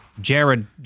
Jared